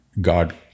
God